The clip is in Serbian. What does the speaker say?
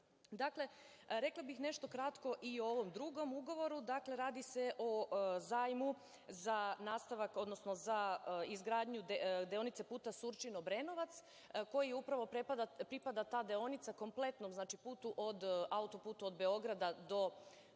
turizam. Rekla bih nešto kratko i o ovom drugom ugovoru. Radi se o zajmu za nastavak, odnosno za izgradnju deonice puta Surčin-Obrenovac, koji upravo pripada ta deonica, kompletnom putu, od autoputa od Beograda do Preljine.